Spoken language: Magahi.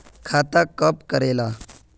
खाता कब करेला?